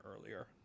earlier